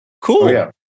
Cool